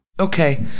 Okay